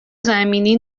زمینی